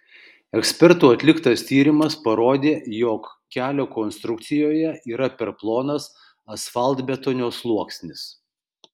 ekspertų atliktas tyrimas parodė jog kelio konstrukcijoje yra per plonas asfaltbetonio sluoksnis